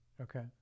Okay